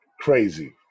crazy